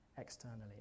externally